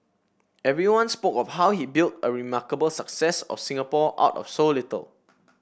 everyone spoke of how he built a remarkable success of Singapore out of so little